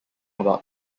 about